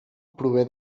prové